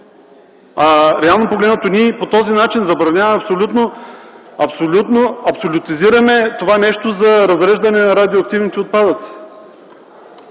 Реално погледнато по този начин забраняваме и абсолютизираме това нещо за разреждане на радиоактивните отпадъци.